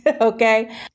Okay